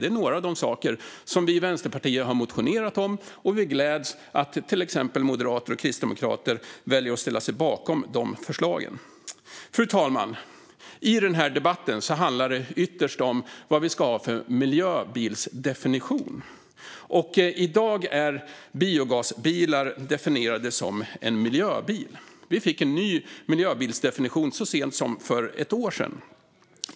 Det är några av de frågor som vi i Vänsterpartiet har väckt motioner om. Vi gläds åt att till exempel moderater och kristdemokrater väljer att ställa sig bakom förslagen. Fru talman! Det handlar i den här debatten ytterst om vilken miljöbilsdefinition vi ska ha. I dag är biogasbilar definierade som miljöbilar. Vi fick en ny miljöbilsdefinition så sent som för ett år sedan.